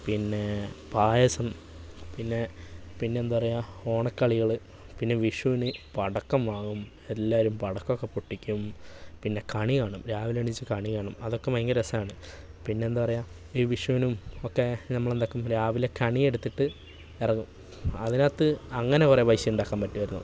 പിന്നെ പായസം പിന്നെ പിന്നെയെന്താ പറയുക ഓണക്കളികള് പിന്നെ വിഷുവിന് പടക്കം വാങ്ങും എല്ലാവരും പടക്കം ഒക്കെ പൊട്ടിക്കും പിന്നെ കണി കാണും രാവിലെ എണീച്ച് കണി കാണും അതൊക്കെ ഭയങ്കര രസമാണ് പിന്നെയെന്താ പറയുക ഈ വിഷുവിനും ഒക്കെ നമ്മളെന്താകും രാവിലെ കണി എടുത്തിട്ട് ഇറങ്ങും അതിനകത്ത് അങ്ങനെ കുറേ പൈസ ഉണ്ടാക്കാൻ പറ്റുമായിരുന്നു